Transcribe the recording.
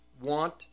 want